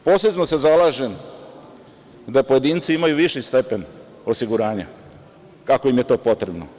Posebno se zalažem da pojedinci imaju viši stepen osiguranja, kako im je to potrebno.